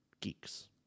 geeks